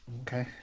Okay